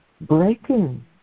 breaking